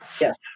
Yes